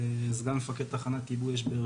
סגן מפקד תחנת כיבוי אש באר